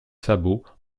sabots